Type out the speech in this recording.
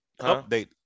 update